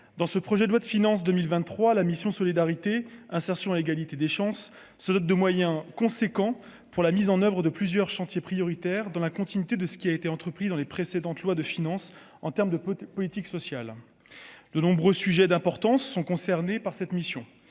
dans ce projet de loi de finances 2023 la mission Solidarité, insertion et égalité des chances se dote de moyens conséquents pour la mise en oeuvre de plusieurs chantiers prioritaires dans la continuité de ce qui a été entrepris dans les précédentes lois de finances en terme de petite politique sociale de nombreux sujets d'importance sont concernés par cette mission,